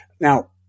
Now